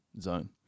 zone